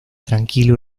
tranquilo